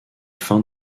fin